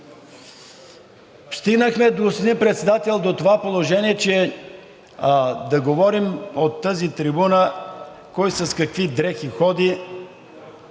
до това положение да говорим от тази трибуна кой с какви дрехи ходи,